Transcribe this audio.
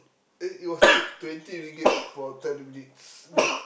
eh it was t~ twenty ringgit for ten minutes we